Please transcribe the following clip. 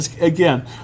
Again